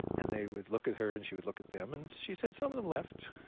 and they would look at her, and she would look at them. and she said, some of them left,